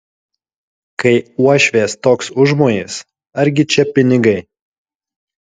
kai uošvės toks užmojis argi čia pinigai